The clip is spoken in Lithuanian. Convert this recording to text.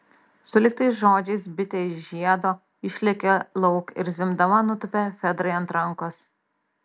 sulig tais žodžiais bitė iš žiedo išlėkė lauk ir zvimbdama nutūpė fedrai ant rankos